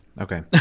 Okay